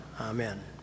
Amen